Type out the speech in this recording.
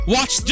Watch